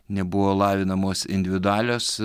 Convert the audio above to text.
nebuvo lavinamos individualios